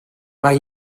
mae